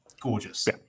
gorgeous